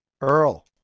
Earl